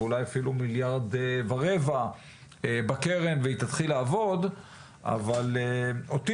אולי אפילו מיליארד ורבע בקרן והיא תתחיל לעבוד אבל אותי